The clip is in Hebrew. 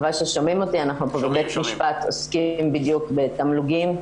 אנחנו פה בבית משפט עוסקים בדיוק בתמלוגים,